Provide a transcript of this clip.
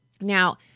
Now